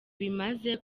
bimaze